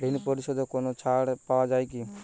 ঋণ পরিশধে কোনো ছাড় পাওয়া যায় কি?